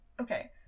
Okay